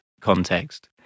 context